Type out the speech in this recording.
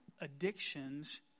addictions